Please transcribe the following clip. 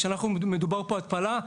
כשאנחנו מדברים פה על התפלה,